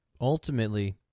Ultimately